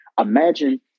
Imagine